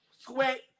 Sweat